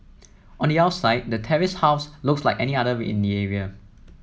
on the outside the terraced house looks like any other in the area